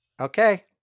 Okay